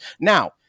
Now